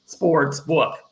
Sportsbook